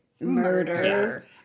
murder